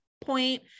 point